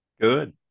Good